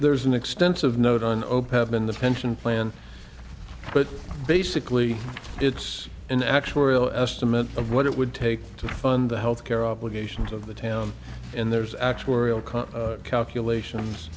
there's an extensive note on opeth in the pension plan but basically it's an actuarial estimate of what it would take to fund the health care obligations of the town in there's actual calculations